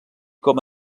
com